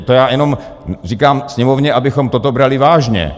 To já jenom říkám Sněmovně, abychom toto brali vážně.